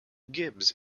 gibbs